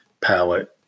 palette